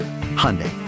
Hyundai